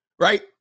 Right